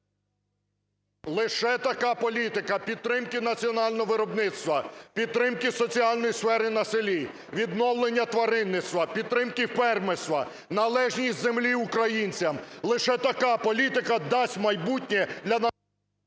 Лише така політика підтримки національного виробництва, підтримки соціальної сфери на селі, відновлення тваринництва, підтримки фермерства, належність землі українцям, лише така політика дасть майбутнє для…